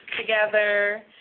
together